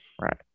Right